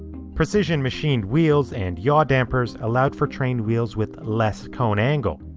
precision machined wheels and yaw dampers allowed for train wheels with less cone angle.